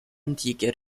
antiche